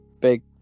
big